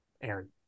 Aaron